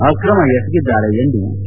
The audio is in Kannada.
ಅಕ್ರಮ ಎಸಗಿದ್ದಾರೆ ಎಂದು ಸಿ